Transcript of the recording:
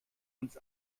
uns